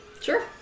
Sure